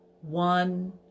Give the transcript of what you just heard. one